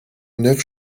neuf